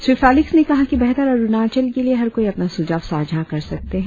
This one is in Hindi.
श्री फेलिक्स ने कहा कि बेहतर अरुणाचल के लिए हर कोई अपना सुझाव सांझा कर सकते है